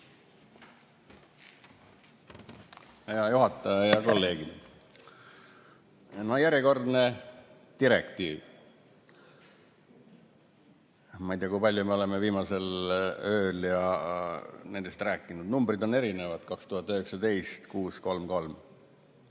Hea juhataja! Head kolleegid! Järjekordne direktiiv. Ma ei tea, kui palju me oleme viimasel ööl nendest rääkinud. Numbrid on erinevad: 2019/633.